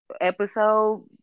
episode